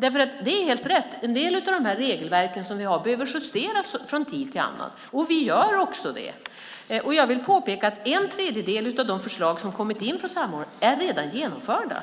Det är helt rätt, en del av de regelverk som vi har behöver justeras från tid till annan, och vi gör också det. Jag vill påpeka att en tredjedel av de förslag som har kommit in från samordnarna redan är genomförda.